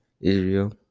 Israel